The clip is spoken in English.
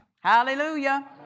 Hallelujah